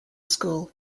school